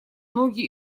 ноги